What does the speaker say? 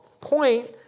point